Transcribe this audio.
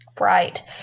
right